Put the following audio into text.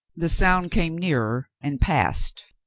the sound came nearer and passed,